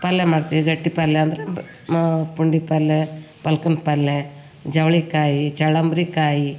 ಪಲ್ಲೆ ಮಾಡ್ತೀವಿ ಗಟ್ಟಿ ಪಲ್ಲೆ ಅಂದರೆ ಪ ಮಾ ಪುಂಡಿ ಪಲ್ಲೆ ಪಲ್ಕನ ಪಲ್ಲೆ ಚವ್ಳಿ ಕಾಯಿ ಚಳ್ಳಂಬರಿ ಕಾಯಿ